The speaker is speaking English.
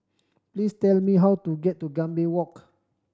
please tell me how to get to Gambir Walk